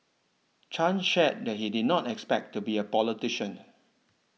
Chan shared that he did not expect to be a politician